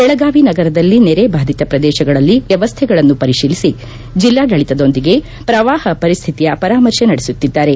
ಬೆಳಗಾವಿ ನಗರದಲ್ಲಿ ನೆರೆ ಬಾಧಿತ ಪ್ರದೇಶಗಳಲ್ಲಿ ವ್ಯವಸ್ಥೆಗಳನ್ನು ಪರಿತೀಲಿಸಿ ಜಿಲ್ಲಾಡಳಿತದೊಂದಿಗೆ ಪ್ರವಾಹ ಪರಿಸ್ಟಿತಿ ಪರಾಮರ್ಶೆ ನಡೆಸುತ್ತಿದ್ದಾರೆ